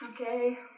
Okay